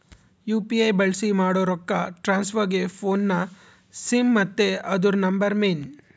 UPI ಬಳ್ಸಿ ಮಾಡೋ ರೊಕ್ಕ ಟ್ರಾನ್ಸ್ಫರ್ಗೆ ಫೋನ್ನ ಸಿಮ್ ಮತ್ತೆ ಅದುರ ನಂಬರ್ ಮೇನ್